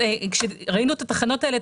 כשראינו את התחנות האלה,